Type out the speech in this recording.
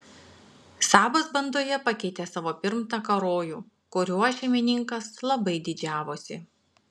sabas bandoje pakeitė savo pirmtaką rojų kuriuo šeimininkas labai didžiavosi